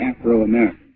Afro-American